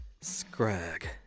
Scrag